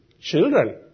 Children